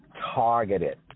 targeted